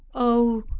oh,